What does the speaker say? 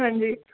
ਹਾਂਜੀ